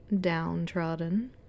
downtrodden